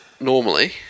normally